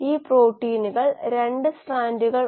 അതിനാൽ plus r 4 സമം dDdt ആണ്